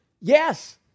Yes